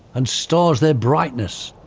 and stars their brightness,